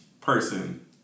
person